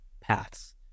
paths